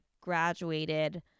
graduated